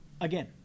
Again